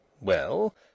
Well